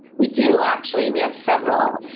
we do actually. we have several.